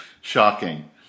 Shocking